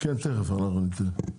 כן תיכף אנחנו ניתן.